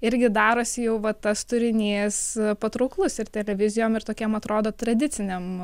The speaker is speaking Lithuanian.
irgi darosi jau va tas turinys patrauklus ir televizijom ir tokiam atrodo tradiciniam